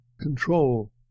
control